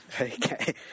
Okay